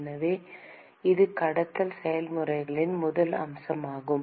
எனவே இது கடத்தல் செயல்முறையின் முதல் அம்சமாகும்